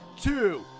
two